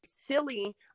silly